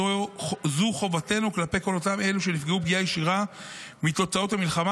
זו חובתנו כלפי כל אותם אלו שנפגעו פגיעה ישירה מתוצאות המלחמה,